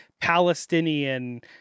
Palestinian